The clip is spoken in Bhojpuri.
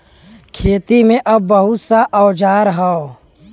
खेती में अब बहुत सा औजार हौ